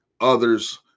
others